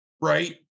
right